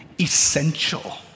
essential